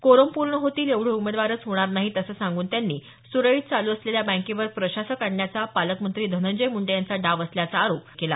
quorum पूर्ण होतील एवढे उमेदवारच होणार नाहीत असं सांगून त्यांनी सुरळीत चालू असलेल्या बँकेवर प्रशासक आणण्याचा पालकमंत्री धनंजय मूंडे यांचा डाव असल्याचा आरोप केला